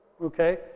okay